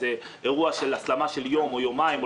זה אירוע של הסלמה של יום או יומיים.